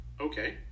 okay